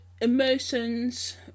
emotions